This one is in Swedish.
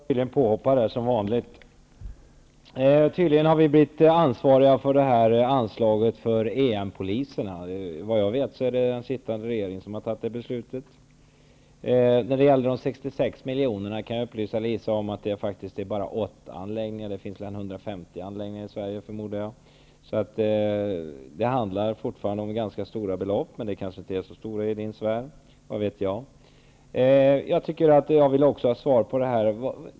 Herr talman! Jag blev påhoppad, som vanligt. Tydligen har vi blivit ansvariga för anslaget till EM poliserna. Vad jag vet är det den sittande regeringen som har fattat det beslutet. När det gäller de 66 miljonerna kan jag upplysa Liisa Rulander om att det bara gäller åtta anläggningar. Det finns ca 150 anläggningar i Sverige, förmodar jag. Det handlar fortfarande om ganska stora belopp, men de kanske inte är så stora i din sfär -- vad vet jag.